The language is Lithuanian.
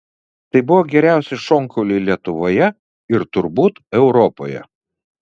tai buvo geriausi šonkauliai lietuvoje ir turbūt europoje